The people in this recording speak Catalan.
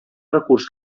recurs